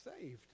saved